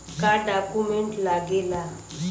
का डॉक्यूमेंट लागेला?